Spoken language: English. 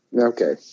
Okay